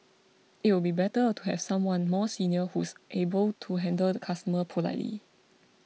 it'll be better to have someone more senior who's able to handle the customer politely